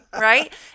right